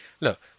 Look